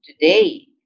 today